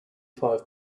five